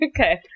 Okay